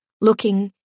looking